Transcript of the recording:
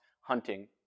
hunting